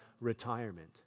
retirement